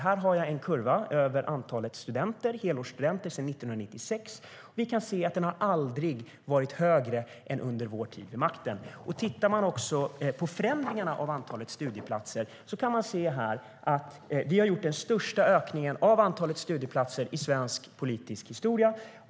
Min kurva visar antalet helårsstudenter sedan 1996, och vi kan se att det aldrig har varit högre än under vår tid vid makten. Tittar vi på förändringarna av antalet studieplatser kan vi se att Alliansen har gjort den största ökningen av antalet studieplatser i svensk politisk historia.